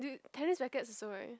tennis rackets also right